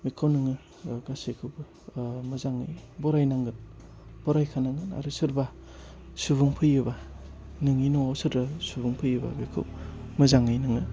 बेखौ नोङो गासैखौबो मोजाङै बरायनांगोन बरायखानांगोन आरो सोरबा सुबुं फैयोबा नोंनि न'आव सोरबा सुबुं फैयोबा बेखौ मोजाङै नोङो